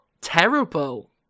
terrible